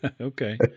Okay